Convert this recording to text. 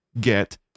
get